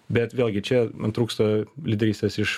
bet vėlgi čia man trūksta lyderystės iš